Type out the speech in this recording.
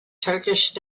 turkish